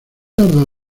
tarda